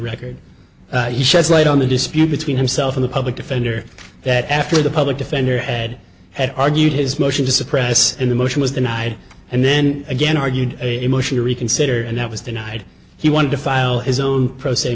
record he sheds light on the dispute between himself and the public defender that after the public defender had had argued his motion to suppress and the motion was denied and then again argued a motion to reconsider and that was denied he wanted to file his own pro